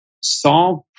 solve